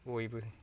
बयबो